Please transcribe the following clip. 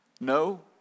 no